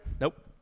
Nope